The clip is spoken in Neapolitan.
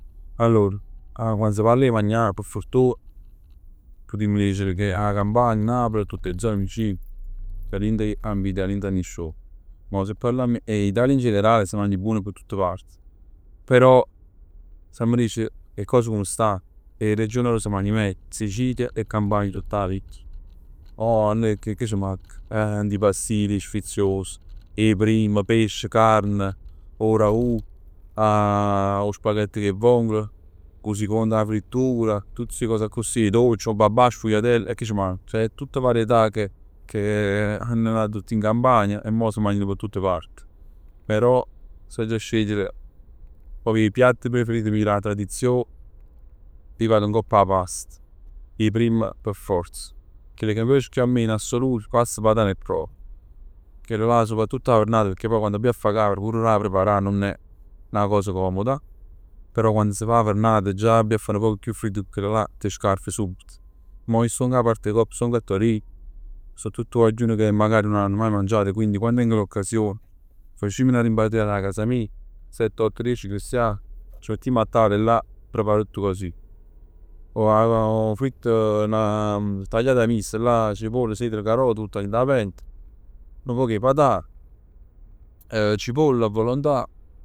Allor, quann s' parl 'e magnà p' fortun putimm dicere che 'a Campania, Napl e tutt 'e zone vicine, nun tene niente 'a invidià a niente e nisciun. Mo si parlamm 'e Italia in generale si magna buon a tutte parte, però s'amma dicere 'e cose come stann 'e regioni addo s' magna meglio Sicilia e Campania tutt 'a vita. 'O a nuje che che ci manc? Antipastini sfizios, 'e primi, pesce, carne, 'o ragu, 'o spaghett cu 'e vongole, 'o sicond 'a frittura, tutt sti cose accussì 'o babba, 'a sfugliatell, e che c' manca? Ceh tutt varietà che, che 'anno dato luogo in Campania e mo s' magnan p' tutte parte. Però se aggia scegliere proprio 'e piatt meje preferiti d' 'a tradizione ij vag ngopp 'a past. 'E primm p' forz. Chell ca m' piace chiù a me in assoluto è pasta patan e provola. Chella'llà soprattutto 'a vernata, pecchè pò quann abbij a fa caver pur addo 'a preparà nun è 'na cosa comoda. Però quando s' fa 'a vernata già abbia a fa nu poc chiù fridd, cu chella'llà t' scass subito. Mo ij stong 'a parte 'e copp, stong a Torino, so tutt guagliun che magari nun hanno maje mangiato e quindi quando tengo l'occasione, facimm 'na rimpatriata 'a casa mij, sett, otto, dieci cristiani. C' mettimm a tavola tutt là e preparo tutt cos ij. 'O fritto, 'na tagliata mista, là cipolle, sedano, carote buttat dint 'a pentola, nu poc 'e patan cipolla a volontà.